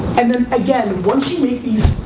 and then again, once you make these,